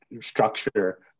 structure